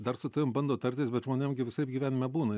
dar su tavim bando tartis bet žmonėm gi visaip gyvenime būna